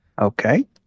Okay